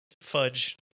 fudge